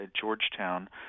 Georgetown